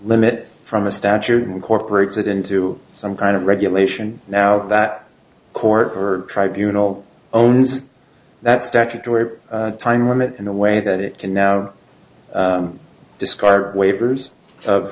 limit from a statute incorporated into some kind of regulation now that court her tribunals owns that statutory time limit in a way that it can now discard waivers of